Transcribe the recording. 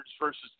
versus